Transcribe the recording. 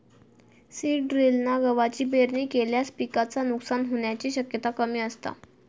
seed ड्रिलना गवाची पेरणी केल्यास पिकाचा नुकसान होण्याची शक्यता कमी असता